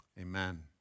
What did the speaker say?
Amen